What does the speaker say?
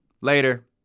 Later